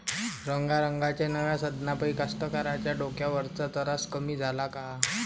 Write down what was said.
रंगारंगाच्या नव्या साधनाइपाई कास्तकाराइच्या डोक्यावरचा तरास कमी झाला का?